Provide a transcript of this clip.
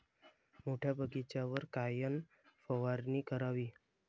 मोठ्या बगीचावर कायन फवारनी करावी?